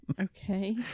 Okay